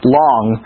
long